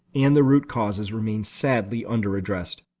and their root causes remain sadly under-addressed.